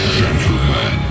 gentlemen